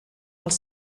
els